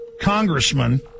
Congressman